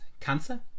cancer